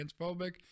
transphobic